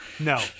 no